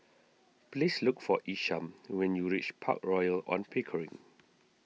please look for Isham when you reach Park Royal on Pickering